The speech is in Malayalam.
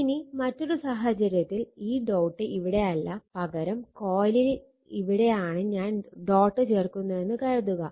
ഇനി മറ്റൊരു സാഹചര്യത്തിൽ ഈ ഡോട്ട് ഇവിടെ അല്ല പകരം കൊയിലിൽ ഇവിടെ ആണ് ഞാൻ ഡോട്ട് ചേർക്കുന്നതെന്ന് കരുതുക